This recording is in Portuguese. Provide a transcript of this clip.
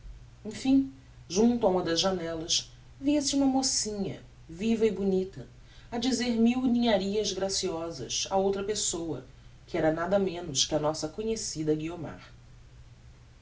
emfim junto a uma das janellas via-se uma mocinha viva e bonita a dizer mil ninharias graciosas a outra pessoa que era nada menos que a nossa conhecida guiomar